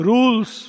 Rules